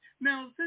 Now